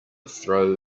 throw